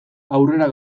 aurrera